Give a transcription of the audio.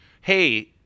Hey